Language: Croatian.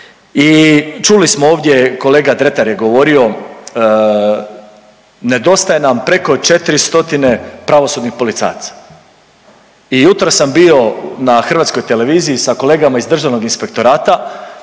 i čuli smo ovdje kolega Dretar je govorio nedostaje nam preko 4 stotine pravosudnih policajaca i jutros sam bio na Hrvatskoj televiziji sa kolegama iz Državnog inspektorata